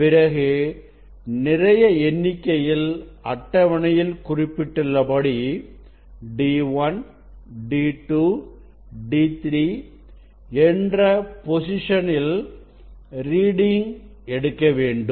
பிறகு நிறைய எண்ணிக்கையில் அட்டவணையில் குறிப்பிட்டுள்ள படி D1D2 D3 என்ற பொசிஷனில்ரீடிங் எடுக்க வேண்டும்